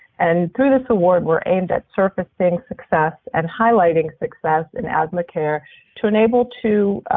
and through this award we are aimed at surfacing success and highlighting success in asthma care to enable to